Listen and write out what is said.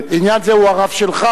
בעניין זה הוא הרב שלך,